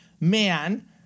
man